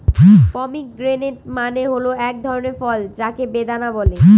pomegranate মানে হল এক ধরনের ফল যাকে বেদানা বলে